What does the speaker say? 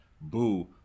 Boo